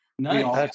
No